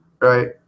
right